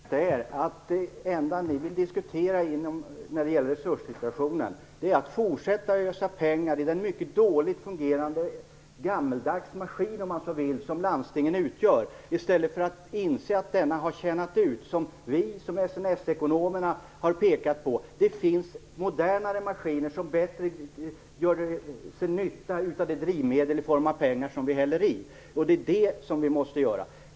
Herr talman! Problemet är att det enda ni vill diskutera när det gäller resurssituationen är att fortsätta ösa pengar i den mycket dåligt fungerande och gammaldags maskin, om man så vill, som landstingen utgör. Ni inser inte att denna har tjänat ut, såsom både vi och SNS-ekonomerna har pekat på. Det finns modernare maskiner som gör bättre nytta av det drivmedel i form av pengar som vi häller i. Det är det vi måste göra.